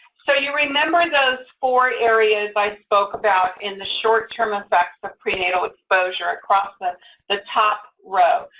so you remember those four areas i spoke about in the short-term effects of prenatal exposure across the the top row,